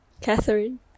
Catherine